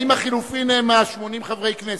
האם החלופין זה 80 חברי הכנסת?